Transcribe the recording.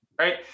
Right